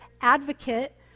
advocate